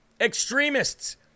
extremists